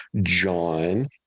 John